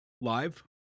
live